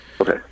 Okay